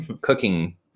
cooking